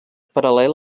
paral·lel